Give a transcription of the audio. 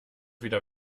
wieder